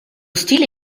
stile